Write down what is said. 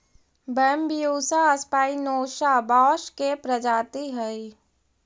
Bambusa spinosa बाँस के प्रजाति हइ